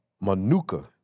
Manuka